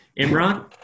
Imran